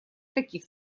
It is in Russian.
таких